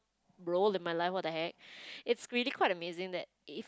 role in my life what the heck it's really quite amazing that it